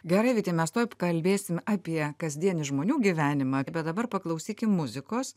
gerai vyti mes tuoj kalbėsim apie kasdienį žmonių gyvenimą bet dabar paklausykim muzikos